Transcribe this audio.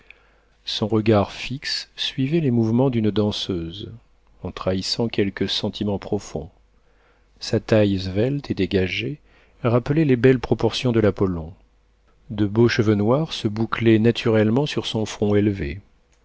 son regard fixe suivait les mouvements d'une danseuse en trahissant quelque sentiment profond sa taille svelte et dégagée rappelait les belles proportions de l'apollon de beaux cheveux noirs se bouclaient naturellement sur son front élevé